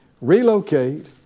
relocate